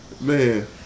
Man